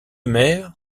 mer